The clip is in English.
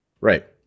Right